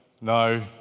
No